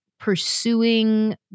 pursuing